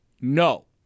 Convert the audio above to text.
No